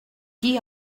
qui